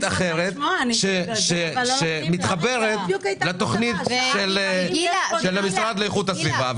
אחרת שמתחברת לתוכנית של המשרד להגנת הסביבה.